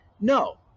No